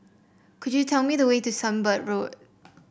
could you tell me the way to Sunbird Road